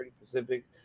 Pacific